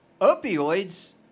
opioids